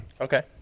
Okay